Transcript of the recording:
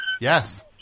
Yes